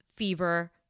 Fever